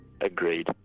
agreed